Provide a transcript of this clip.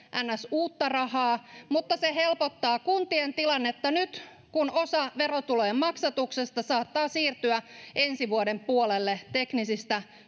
uutta rahaa mutta se helpottaa kuntien tilannetta nyt kun osa verotulojen maksatuksesta saattaa siirtyä ensi vuoden puolelle teknisistä